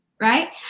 right